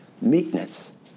meekness